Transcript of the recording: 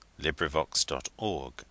LibriVox.org